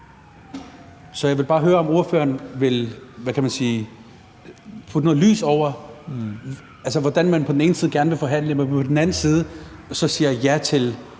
Så jeg vil bare høre, om ordføreren vil, hvad kan man sige, kaste lys over, hvordan man på den ene side gerne vil forhandle, men på den anden side så siger ja til